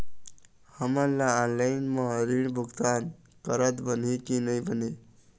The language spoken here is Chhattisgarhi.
हमन ला ऑनलाइन म ऋण भुगतान करत बनही की नई बने?